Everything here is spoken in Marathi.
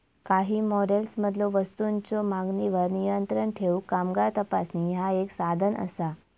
काही मॉडेल्समधलो वस्तूंच्यो मागणीवर नियंत्रण ठेवूक कामगार तपासणी ह्या एक साधन असा